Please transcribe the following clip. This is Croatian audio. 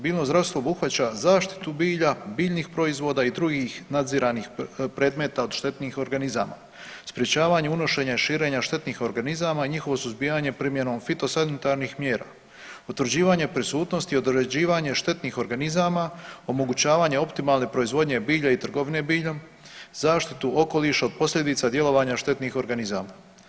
Biljno zdravstvo obuhvaća zaštitu bilju, biljnih proizvoda i drugih nadziranih predmeta od štetnih organizama, sprječavanje unošenja i širenja štetnih organizama i njihovo suzbijanje primjenom fitosanitarnih mjera, utvrđivanje prisutnosti i određivanje štetnih organizama, omogućavanje optimalne proizvodnje bilja i trgovine biljem, zaštitu okoliša od posljedica djelovanja štetnih organizama.